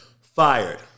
fired